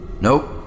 Nope